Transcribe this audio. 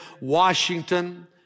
Washington